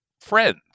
friends